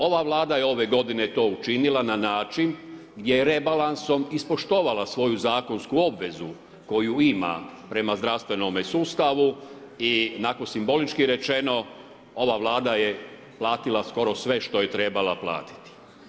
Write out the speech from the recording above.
Ova Vlada je ove godine to učinila na način gdje je rebalansom ispoštovala svoju zakonsku obvezu koju ima prema zdravstvenome sustavu i onako simbolički rečeno, ova Vlada je platila skoro sve što je trebala platiti.